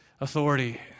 authority